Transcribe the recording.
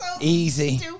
Easy